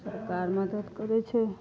सरकार मदद करैत छै